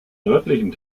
nördlichen